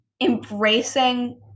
embracing